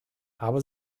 aber